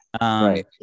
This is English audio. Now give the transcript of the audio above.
Right